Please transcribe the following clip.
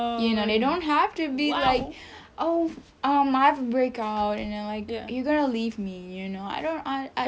you know they don't have to be like oh I have breakouts and you know like you gonna leave me you know I don't I